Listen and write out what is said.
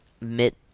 mid